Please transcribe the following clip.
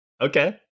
okay